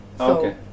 Okay